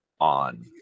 on